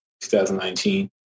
2019